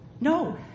No